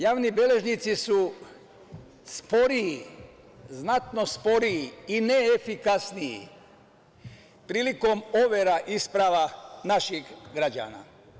Javni beležnici su sporiji, znatno sporiji i neefikasniji prilikom overa isprava naših građana.